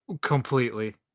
Completely